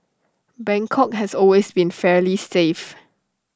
Bangkok has always been fairly safe